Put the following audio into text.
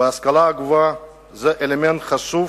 וההשכלה הגבוהה היא אלמנט חשוב